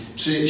czy